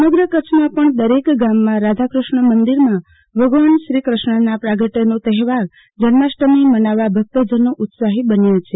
સમગ્ર કરછમાં પણ દરેક ગામમાં રાધાકૃષ્ણ મંદિરમાં ભગવાન શ્રીકૃષ્ણના પ્રાગટ્ય નો તહેવાર જન્માષ્ટમી મનાવવા ભક્તજનો ઉત્સાફી બન્યા છે